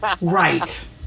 right